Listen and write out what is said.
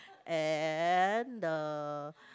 and the